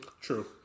True